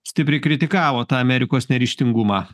stipriai kritikavo tą amerikos neryžtingumą